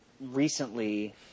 recently